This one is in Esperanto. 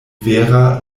vera